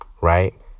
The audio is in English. right